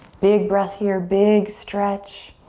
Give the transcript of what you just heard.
big breath here, big stretch.